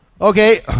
Okay